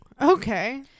okay